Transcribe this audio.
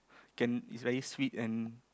can it's very sweet and